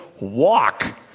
Walk